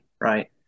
right